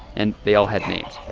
and they all had names